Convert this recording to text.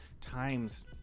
times